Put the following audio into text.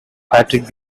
patrick